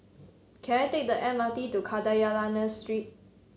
can I take the M R T to Kadayanallur Street